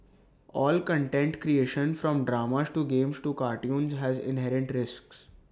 all content creation from dramas to games to cartoons has inherent risks